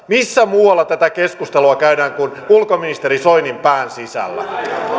missä muualla tätä keskustelua käydään kuin ulkoministeri soinin pään sisällä